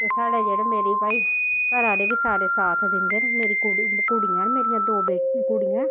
ते साढ़े जेह्ड़े मेरी भाई घरै आह्ले बी सारे साथ दिंदे न मेरी कुड़ कुड़ियां न मेरियां दो बेट कुड़ियां